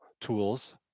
tools